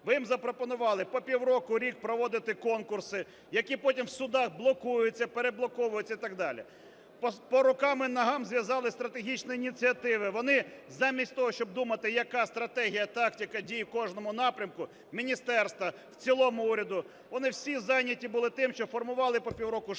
Ви їм запропонували по пів року-рік проводити конкурси, які потім в судах блокуються, переблоковуються і так далі. По рукам і ногам зв'язали стратегічні ініціативи. Вони, замість того щоб думати, яка стратегія, тактика дій в кожному напрямку міністерства, в цілому уряду, вони всі зайняті були тим, що формували по пів року штати,